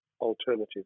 alternative